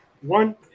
one